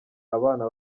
abana